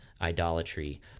idolatry